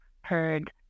heard